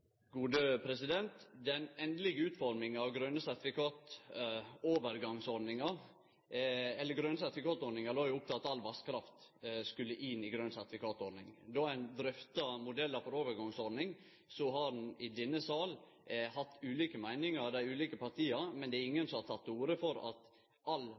gode prosessar for å styrkje det energiarbeidet energilandet Noreg representerer? Den endelege utforminga av ordninga med grøne sertifikat, overgangsordninga, eller grøne-sertifikat-ordninga, la opp til at all vasskraft skulle inn i ordninga. I samband med at ein drøfta modellar for overgangsordning, var det i denne salen ulike meiningar i dei ulike partia, men det er